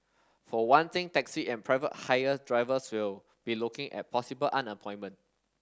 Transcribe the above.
for one thing taxi and private hire drivers will be looking at possible unemployment